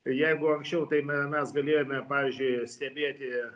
jeigu anksčiau tai me mes galėjome pavyzdžiui stebėti